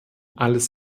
alles